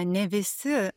ne visi